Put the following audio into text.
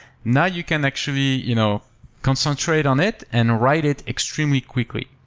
now you can actually you know concentrate on it and write it extremely quickly.